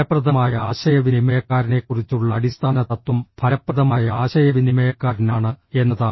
ഫലപ്രദമായ ആശയവിനിമയക്കാരനെക്കുറിച്ചുള്ള അടിസ്ഥാന തത്വം ഫലപ്രദമായ ആശയവിനിമയക്കാരനാണ് എന്നതാണ്